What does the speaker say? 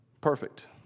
perfect